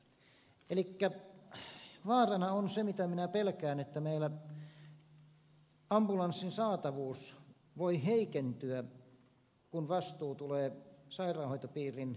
elikkä vaarana on se mitä minä pelkään että meillä ambulanssin saatavuus voi heikentyä kun vastuu tulee sairaanhoitopiirin kuntayhtymälle